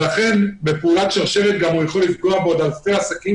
לכן בפעולת שרשרת הוא יכול גם לפגוע בעוד אלפי עסקים